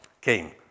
came